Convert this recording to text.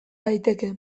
daiteke